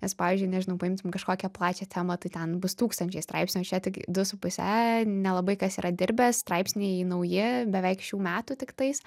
nes pavyzdžiui nežinau paimtum kažkokią plačią temą tai ten bus tūkstančiai straipsnių o čia tik du su puse nelabai kas yra dirbę straipsniai nauji beveik šių metų tiktais